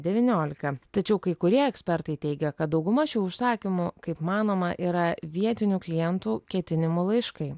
devyniolika tačiau kai kurie ekspertai teigia kad dauguma šių užsakymų kaip manoma yra vietinių klientų ketinimų laiškai